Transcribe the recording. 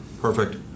Perfect